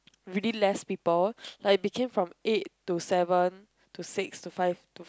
really less people like became from eight to seven to six to five to